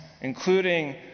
including